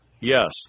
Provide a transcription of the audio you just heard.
Yes